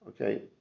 Okay